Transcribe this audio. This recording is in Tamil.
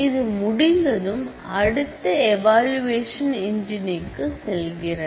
இது முடிந்ததும் அடுத்து ஏவலுவஷன் இன்ஜினுக்கு செல்கிறது